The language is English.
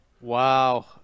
Wow